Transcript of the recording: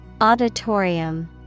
Auditorium